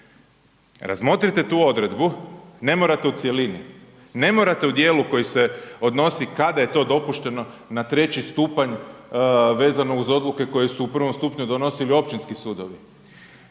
Razmotrite tu odredbu, ne morate u cjelini, ne morate u dijelu koji se odnosi kada je to dopušteno na treći stupanj vezano uz odluke koje su u prvom stupnju donosili općinski sudovi